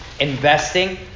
investing